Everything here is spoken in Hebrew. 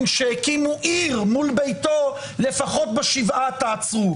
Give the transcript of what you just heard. שהקימו עיר מול ביתו: "לפחות בשבעה תעצרו".